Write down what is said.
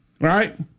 right